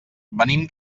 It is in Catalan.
venim